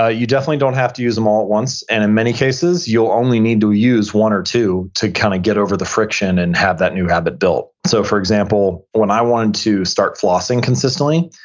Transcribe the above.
ah you definitely don't have to use them all at once. and in many cases, you'll only need to use one or two to kind of get over the friction and have that new habit built. so for example, when i wanted to start flossing consistently,